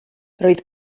roedd